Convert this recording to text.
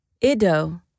Ido